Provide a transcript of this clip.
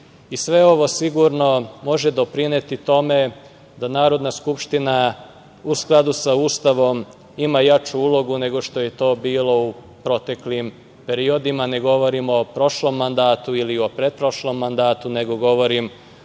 i sve ovo sigurno može doprineti tome da Narodna skupština u skladu sa Ustavom ima jaču ulogu nego što je to bilo u proteklim periodima, ne govorim o prošlom mandatu ili o pretprošlom, nego govorim